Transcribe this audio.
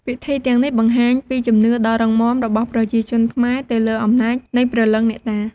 ពិធីទាំងនេះបង្ហាញពីជំនឿដ៏រឹងមាំ របស់ប្រជាជនខ្មែរទៅលើអំណាចនៃព្រលឹងអ្នកតា។